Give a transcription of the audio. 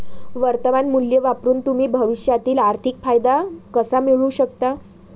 वर्तमान मूल्य वापरून तुम्ही भविष्यातील आर्थिक फायदा कसा मिळवू शकता?